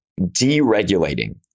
deregulating